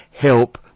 help